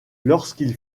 lorsqu’il